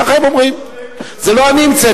ככה הם אומרים, זה לא אני המצאתי.